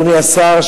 אדוני השר,